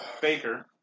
Baker